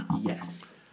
Yes